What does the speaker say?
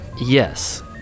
Yes